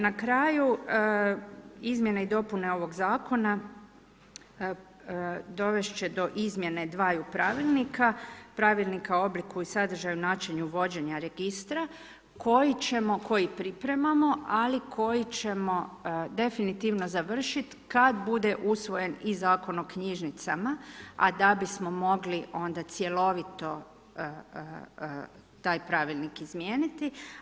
Na kraju izmjene i dopune ovog zakona, dovest će do izmjene dvaju pravilnika, pravilnika o obliku i sadržaju načinu vođenja registra, koji pripremamo, ali koji ćemo definitivno završiti kada bude usvojen i zakon o knjižnicama, a da bismo mogli onda cjelovito taj pravilnik izmijeniti.